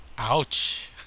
Ouch